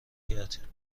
کرد